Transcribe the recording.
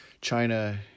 china